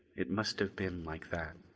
it must have been like that.